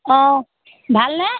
অ' ভালনে